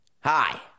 Hi